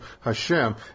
Hashem